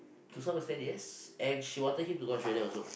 to some extent yes and she wanted him to go Australia also